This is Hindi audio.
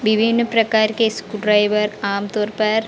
विभिन्न प्रकार के स्क्रू ड्राइवर आमतौर पर